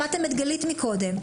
שמעתם את גליה מקודם.